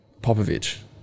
Popovich